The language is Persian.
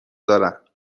دارم